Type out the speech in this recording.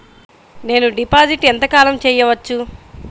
నేను డిపాజిట్ ఎంత కాలం చెయ్యవచ్చు?